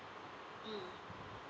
mm